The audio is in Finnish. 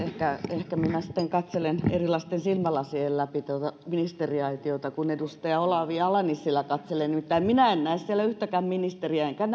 ehkä minä sitten katselen erilaisten silmälasien läpi tuota ministeriaitiota kuin edustaja olavi ala nissilä katselee nimittäin minä en näe siellä yhtäkään ministeriä enkä